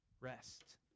rest